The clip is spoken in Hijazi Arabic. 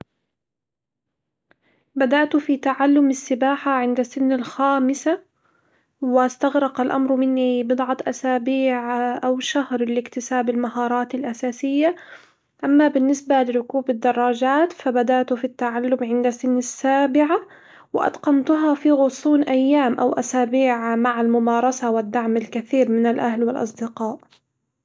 بدأت في تعلم السباحة عند سن الخامسة، واستغرق الأمر مني بضعة أسابيع أو شهر لاكتساب المهارات الأساسية، أما بالنسبة لركوب الدراجات فبدأت في التعلم عند سن السابعة، وأتقنتها في غصون أيام أو أسابيع مع الممارسة والدعم الكثير من الأهل والأصدقاء.